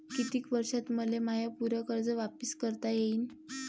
कितीक वर्षात मले माय पूर कर्ज वापिस करता येईन?